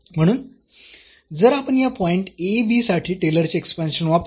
म्हणून जर आपण या पॉईंट साठी टेलरचे एक्सपांशन वापरले